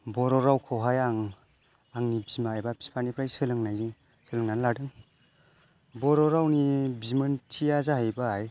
बर' रावखौहाय आं आंनि बिमा एबा बिफानिफ्राय सोलोंनायजों सोलोंना लादों बर' रावनि बिमोनथिया जाहैबाय